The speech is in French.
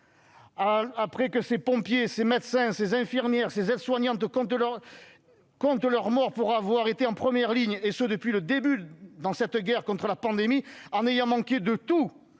Alors que les pompiers, les médecins, les infirmières, les aides-soignantes comptent leurs morts pour avoir été en première ligne depuis le début de cette guerre contre la pandémie, alors qu'ils ont manqué de tout